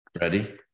Ready